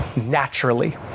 naturally